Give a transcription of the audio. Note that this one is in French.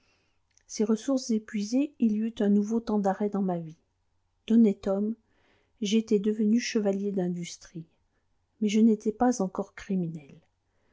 ces ressources épuisées il y eut un nouveau temps d'arrêt dans ma vie d'honnête homme j'étais devenu chevalier d'industrie mais je n'étais pas encore criminel